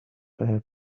fair